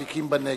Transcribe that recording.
בנגב.